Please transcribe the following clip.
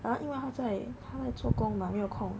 ah 因为他在做工 like 没有空